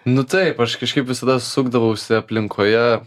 nu taip aš kažkaip visada sukdavausi aplinkoje